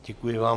Děkuji vám.